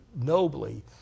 nobly